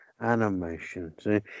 Animation